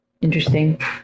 Interesting